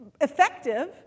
effective